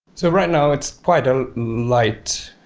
so right now it's quite a light